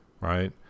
right